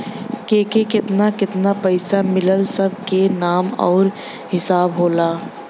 केके केतना केतना पइसा मिलल सब के नाम आउर हिसाब होला